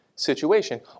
situation